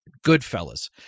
Goodfellas